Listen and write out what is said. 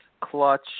clutch